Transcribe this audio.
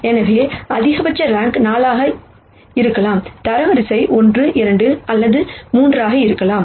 எனவே அதிகபட்ச ரேங்க் 4 ஆக இருக்கலாம் தரவரிசை 1 2 அல்லது 3 ஆக இருக்கலாம்